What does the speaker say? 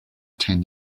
ten